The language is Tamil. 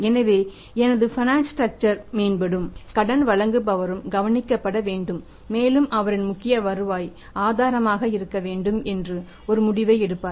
எனவே கடன் வழங்குபவரும் கவனிக்கப்பட வேண்டும் மேலும் அவரின் முக்கிய வருவாய் ஆதாரமாக இருக்க வேண்டும் என்று ஒரு முடிவை எடுப்பார்